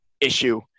issue